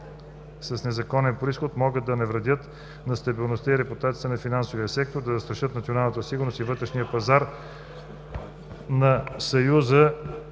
с незаконен произход могат да навредят на стабилността и репутацията на финансовия сектор, да застрашат националната сигурност и вътрешния пазар на Съюза